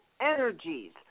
energies